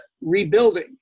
rebuilding